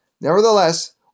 Nevertheless